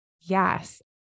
yes